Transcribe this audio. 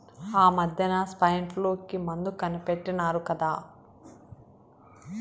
ఆమద్దెన సైన్ఫ్లూ కి మందు కనిపెట్టినారు కదా